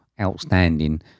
outstanding